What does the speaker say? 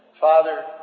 Father